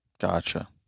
gotcha